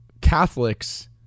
Catholics